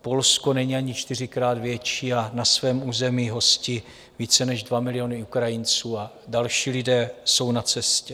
Polsko není ani čtyřikrát větší a na svém území hostí více než 2 miliony Ukrajinců a další lidé jsou na cestě.